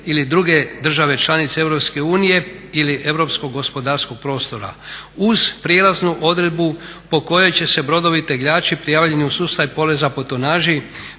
ili druge države članice EU ili europskog gospodarskog prostora uz prijelaznu odredbu po kojoj će se brodovi tegljači prijavljeni u sustav poreza po tonaži